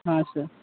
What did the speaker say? हाँ सर